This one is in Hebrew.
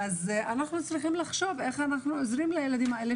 אנחנו צריכים לחשוב איך אנחנו עוזרים לילדים האלה